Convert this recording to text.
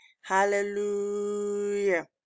hallelujah